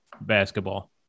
basketball